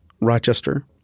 Rochester